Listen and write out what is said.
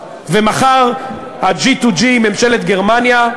ומחר ה-G2G עם ממשלת גרמניה,